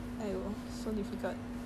铝俊毅